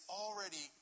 already